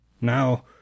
Now